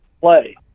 play